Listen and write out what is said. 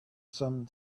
some